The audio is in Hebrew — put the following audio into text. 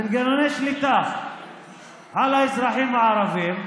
מנגנוני שליטה על האזרחים הערבים.